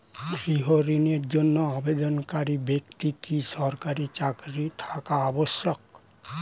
গৃহ ঋণের জন্য আবেদনকারী ব্যক্তি কি সরকারি চাকরি থাকা আবশ্যক?